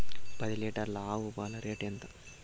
పది లీటర్ల ఆవు పాల రేటు ఎంత?